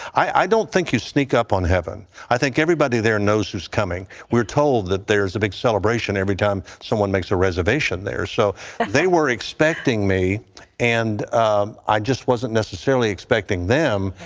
i don't think you sneak up on heaven. i think everybody there knows who is coming. we're told that there's a big celebration every time someone makes a reservation there. so they were expecting me and i just wasn't necessarily expecting them.